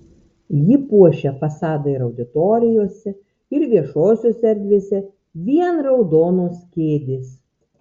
ji puošia fasadą ir auditorijose ir viešosiose erdvėse vien raudonos kėdės